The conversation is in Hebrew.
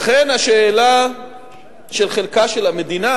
לכן, השאלה של חלקה של המדינה